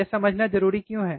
यह समझना ज़रूरी क्यों है